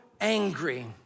angry